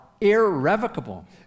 irrevocable